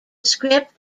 script